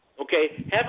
Okay